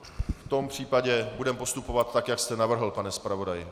V tom případě budeme postupovat tak, jak jste navrhl, pane zpravodaji.